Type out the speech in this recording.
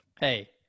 Hey